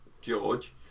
George